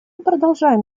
продолжаем